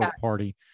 party